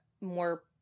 more